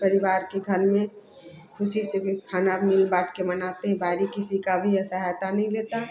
परिवार घर में ख़ुशी से खाना मिल बांटकर बनाते हैं बाहरी किसी की भी सहायता नहीं लेता